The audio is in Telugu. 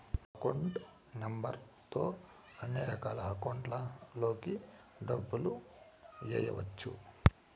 అకౌంట్ నెంబర్ తో అన్నిరకాల అకౌంట్లలోకి డబ్బులు ఎయ్యవచ్చు